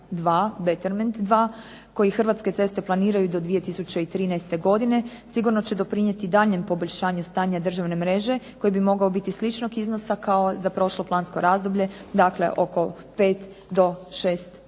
koji Hrvatske ceste planiraju do 2013. godine sigurno će doprinijeti daljnjem poboljšanju stanja državne mreže koji bi mogao biti sličnog iznosa kao za prošlo plansko razdoblje, dakle oko pet do